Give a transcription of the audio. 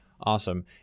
Awesome